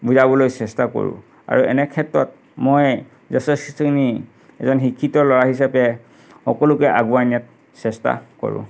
বুজাবলৈ চেষ্টা কৰোঁ আৰু এনে ক্ষেত্ৰত মই যথেষ্টখিনি এজন শিক্ষিত ল'ৰা হিচাপে সকলোকে আগুৱাই নিয়াত চেষ্টা কৰোঁ